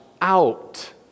out